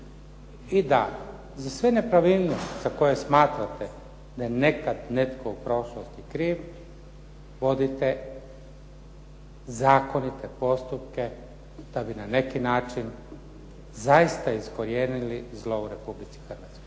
i da za sve nepravilnosti za koje smatrate da je nekad netko u prošlosti kriv vodite zakonite postupke da bi na neki način zaista iskorijenili zlo u Republici Hrvatskoj.